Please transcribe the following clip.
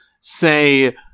say